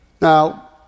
Now